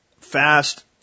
fast